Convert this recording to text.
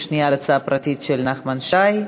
השנייה על ההצעה הפרטית של נחמן שי.